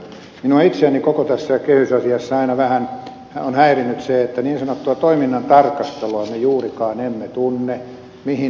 minua itseäni koko tässä kehysasiassa aina vähän on häirinnyt se että niin sanottua toiminnan tarkastelua me juurikaan emme tunne mihin nämä rahat menevät